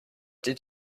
did